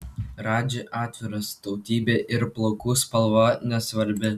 radži atviras tautybė ir plaukų spalva nesvarbi